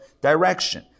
direction